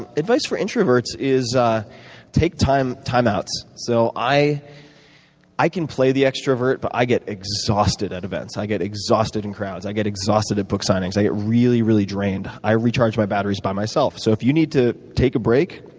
advice for introverts is ah take time time outs. so i i can play the extrovert, but i get exhausted at events. i get exhausted in crowds. i get exhausted at book signings. i get really really drained. i recharge my batteries by myself. so if you need to take a break,